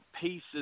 pieces